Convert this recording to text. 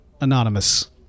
Anonymous